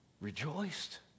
rejoiced